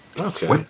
Okay